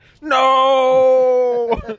No